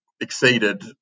exceeded